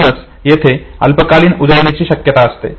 म्हणूनच येथे अल्पकालीन उजळणीची शक्यता असते